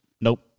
Nope